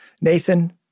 Nathan